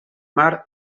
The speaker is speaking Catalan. mar